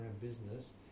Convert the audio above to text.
business